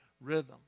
rhythm